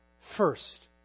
First